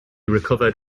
recovered